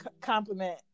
compliment